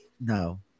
No